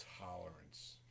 tolerance